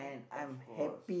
of course